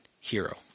hero